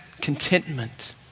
contentment